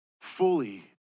fully